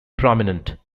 prominent